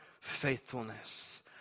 faithfulness